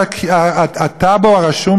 לטאבו הרשום של קיומה.